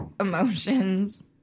emotions